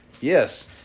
Yes